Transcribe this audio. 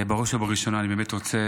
בראש ובראשונה אני באמת רוצה,